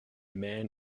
man